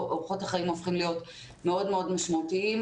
אורחות החיים הופכים להיות מאוד מאוד משמעותיים.